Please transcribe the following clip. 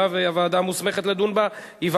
ואנחנו